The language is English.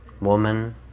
woman